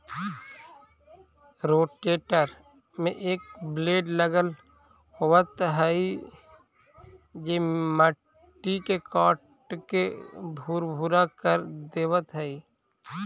rotator में एक blade लगल होवऽ हई जे मट्टी के काटके भुरभुरा कर देवऽ हई